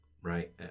Right